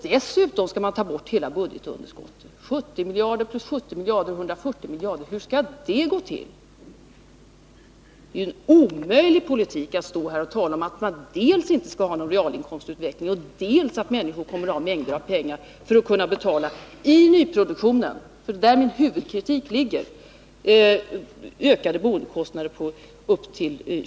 Dessutom skall man ta bort hela budgetunderskottet. 70 miljarder plus 70 miljarder är 140 miljarder. Hur skall det gå till? Det är en omöjlig politik att stå här och tala om dels att det inte kommer att ske någon realinkomstutveckling, dels att människorna kommer att ha mängder av pengar så att de kan betala ökade boendekostnader i nyproduktionen — det är där min huvudkritik ligger — på upp till 20 000 kr. per år.